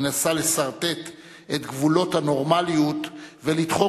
המנסה לסרטט את גבולות הנורמליות ולדחוק